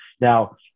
Now